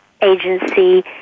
agency